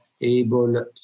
able